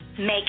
Make